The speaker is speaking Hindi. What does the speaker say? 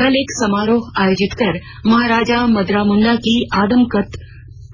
कल एक समारोह आयोजित कर महाराजा मदरा मुंडा की आदमकद